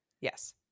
Yes